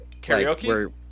Karaoke